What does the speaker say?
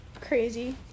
crazy